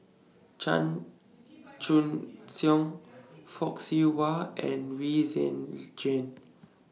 Chan Chun Song Fock Siew Wah and We Jane